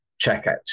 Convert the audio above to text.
checkout